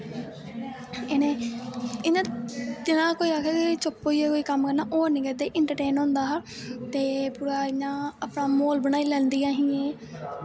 इ'नें जि'यां कोई आक्खै चुप्प होईयै कोई कम्म करना ओह् निं करदे इंटरटेंन होंदा हे ते पूरा इ'यां अपना माहौल बनाई लैंदियां हां एह्